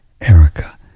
Erica